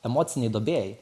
emocinėj duobėj